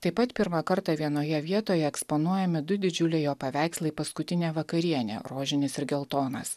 taip pat pirmą kartą vienoje vietoje eksponuojami du didžiuliai jo paveikslai paskutinė vakarienė rožinis ir geltonas